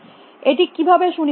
এটি কিভাবে সুনিশ্চিত করে